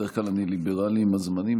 בדרך כלל אני ליברלי עם הזמנים,